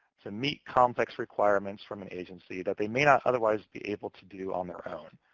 to make complex requirements from an agency that they may not otherwise be able to do on their own.